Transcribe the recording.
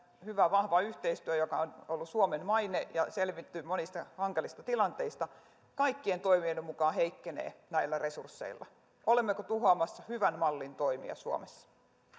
hyvä vahva yhteistyö joka on ollut suomen maine ja jolla on selvitty monista hankalista tilanteista kaikkien toimijoiden mukaan heikkenee näillä resursseilla olemmeko tuhoamassa hyvän mallin toimia suomessa